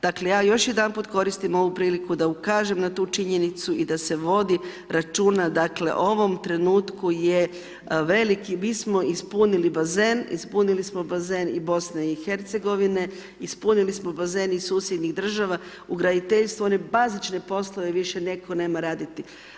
Dakle, ja još jedanput koristim ovu priliku da ukažem na tu činjenicu i da se vodi računa, dakle, ovom trenutku je veliki, mi smo ispunili bazen, ispunili smo bazen i Bosne i Hercegovine, ispunili smo bazen i susjednih država, u graditeljstvu one bazične poslove više netko nema raditi.